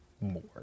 more